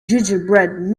gingerbread